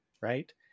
right